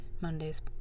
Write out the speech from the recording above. Monday's